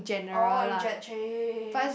orh injured chey